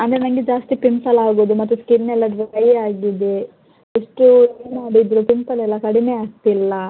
ಅಂದರೆ ನಂಗೆ ಜಾಸ್ತಿ ಪಿಂಪಲ್ ಆಗೋದು ಮತ್ತು ಸ್ಕಿನ್ ಎಲ್ಲ ಡ್ರೈ ಆಗಿದೆ ಎಷ್ಟೇ ಟ್ರೈ ಮಾಡಿದರು ಪಿಂಪಲ್ ಎಲ್ಲ ಕಡಿಮೆ ಆಗ್ತಿಲ್ಲ